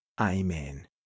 Amen